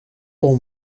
pour